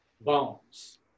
bones